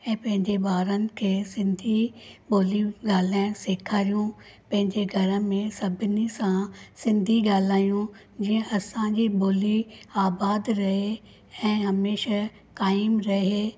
ऐं पंहिंजे ॿारनि खे सिंधी बोली ॻाल्हाइण सेखारियूं पंहिंजे घर में सभिनी सां सिंधी ॻाल्हायूं जीअं असांजी ॿोली आबादु रहे ऐं हमेशह काइम रहे